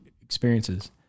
experiences